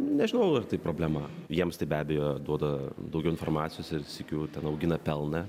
nežinau ar tai problema jiems tai be abejo duoda daugiau informacijos ir sykiu ten augina pelną